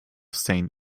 saint